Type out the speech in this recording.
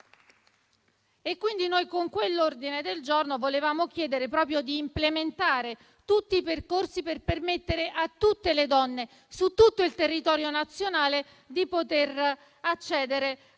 Con quell'ordine del giorno, quindi, volevamo chiedere proprio di implementare tutti i percorsi per permettere a tutte le donne su tutto il territorio nazionale di accedere